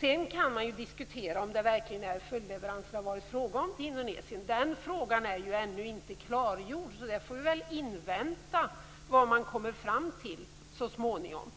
Sedan kan man diskutera om det verkligen har varit fråga om följdleveranser till Indonesien. Den frågan är ännu inte klargjord, varför vi får invänta vad man kommer fram till så småningom.